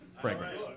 Fragrance